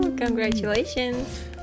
Congratulations